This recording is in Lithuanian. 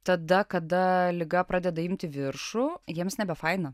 tada kada liga pradeda imti viršų jiems nebefaina